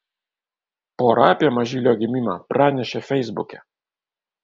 pora apie mažylio gimimą pranešė feisbuke